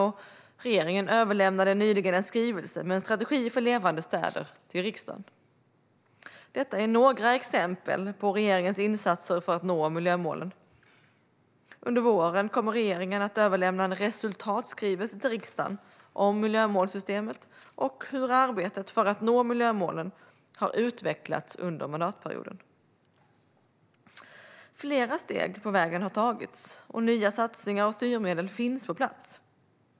Regeringen överlämnade nyligen en skrivelse med en strategi för levande städer till riksdagen. Detta är några exempel på regeringens insatser för att nå miljömålen. Under våren kommer regeringen att överlämna en resultatskrivelse till riksdagen om miljömålssystemet och hur arbetet för att nå miljömålen har utvecklats under mandatperioden. Flera steg på vägen har tagits, och nya satsningar och styrmedel finns på plats.